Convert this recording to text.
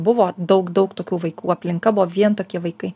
buvo daug daug tokių vaikų aplinka buvo vien tokie vaikai